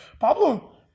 Pablo